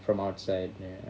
from outside